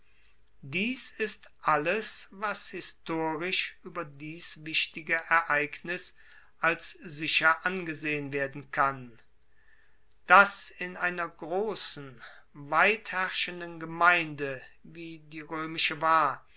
dies ist alles was historisch ueber dies wichtige ereignis als sicher angesehen werden kann dass in einer grossen weitherrschenden gemeinde wie die roemische war